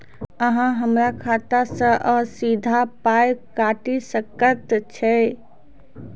अहॉ हमरा खाता सअ सीधा पाय काटि सकैत छी?